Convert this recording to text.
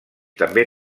també